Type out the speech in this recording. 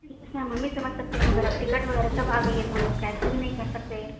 ہاں میں بھی سمجھ سکتی مگر اب ٹکٹ وغیرہ سب آ گئی ہے تو ہم لوگ کینسل بھی نہیں کر سکتے